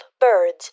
birds